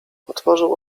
otworzył